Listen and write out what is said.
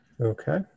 Okay